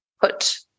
put